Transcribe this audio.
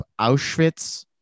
Auschwitz